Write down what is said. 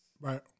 Right